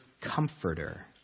comforter